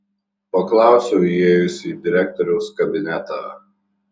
paklausiau įėjusi į direktoriaus kabinetą